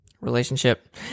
relationship